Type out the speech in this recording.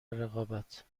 رقابت